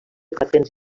patents